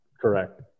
Correct